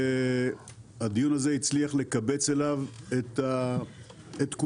הדיון הזה הצליח לקבץ אליו את כולם,